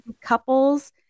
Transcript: couples